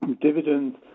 Dividends